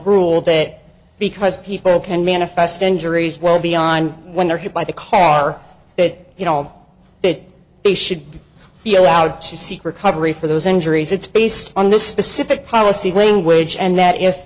rule that because people can manifest injuries well beyond when they're hit by the car that you know that they should be allowed to seek recovery for those injuries it's based on the specific policy weighing wage and that if